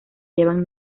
llevan